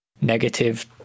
negative